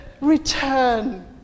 return